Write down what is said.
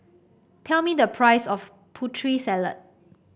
tell me the price of Putri Salad